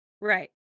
right